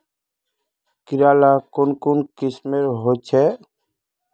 कीड़ा ला कुन कुन किस्मेर होचए?